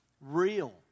real